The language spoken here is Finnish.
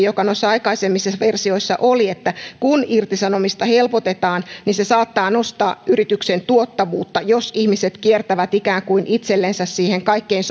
joka noissa aikaisemmissa versioissa oli että kun irtisanomista helpotetaan niin se saattaa nostaa yrityksen tuottavuutta jos ihmiset kiertävät ikään kuin itsellensä siihen kaikkein